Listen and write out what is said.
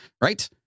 Right